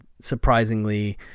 surprisingly